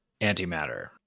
Antimatter